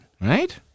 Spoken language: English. Right